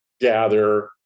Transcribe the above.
gather